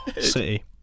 City